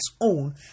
own